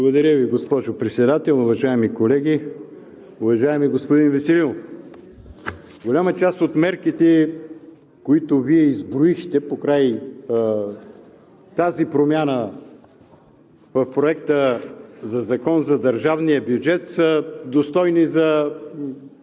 Благодаря Ви, госпожо Председател. Уважаеми колеги! Уважаеми господин Веселинов, голяма част от мерките, които Вие изброихте покрай тази промяна в Проекта за закона за държавния бюджет, са достойни за